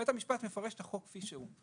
בית המשפט מפרש את החוק כפי שהוא.